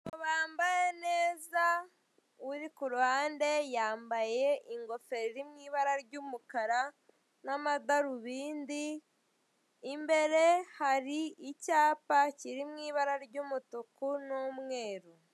Abagabo bambaye neza uri ku ruhande yambaye ingofero iri mu ibara ry'umukara n'amadarubindi, imbere hari icyapa kiri mu ibara ry'umutuku n'umweru.